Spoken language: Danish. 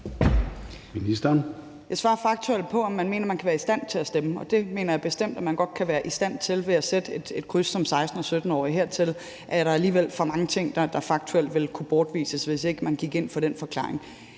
Jeg svarer faktuelt på, om jeg mener, man kan være i stand til at stemme, og det mener jeg bestemt man godt kan være i stand til ved at sætte et kryds som 16-årig og 17-årig. Hertil er der alligevel for mange ting, der faktuelt ville kunne modbevises, hvis ikke man gik ind for den forklaring.